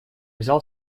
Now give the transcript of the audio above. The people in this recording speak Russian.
взял